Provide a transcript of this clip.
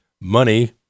money